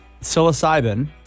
psilocybin